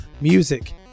music